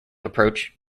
approach